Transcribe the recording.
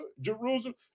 Jerusalem